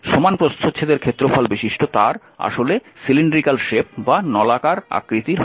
সমান প্রস্থছেদের ক্ষেত্রফল বিশিষ্ট তার আসলে নলাকার আকৃতির হয়